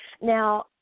Now